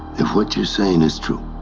if what you're saying is true.